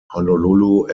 honolulu